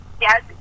yes